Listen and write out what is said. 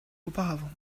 auparavant